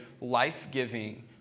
life-giving